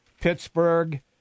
Pittsburgh